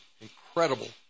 incredible